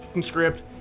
script